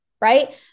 Right